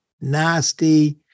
nasty